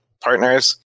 Partners